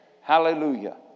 Hallelujah